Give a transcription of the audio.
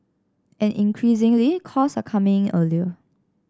and increasingly calls are coming in earlier